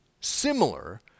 similar